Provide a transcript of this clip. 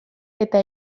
eta